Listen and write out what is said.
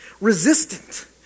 Resistant